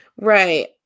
Right